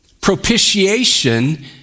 Propitiation